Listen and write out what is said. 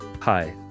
Hi